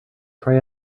try